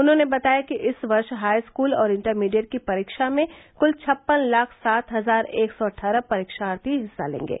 उन्होंने बताया कि इस वर्ष हाईस्कूल और इण्टरमीडिएट की परीक्षा में कुल छप्पन लाख सात हजार एक सौ अट्ठारह परीक्षार्थी हिस्सा लेंगे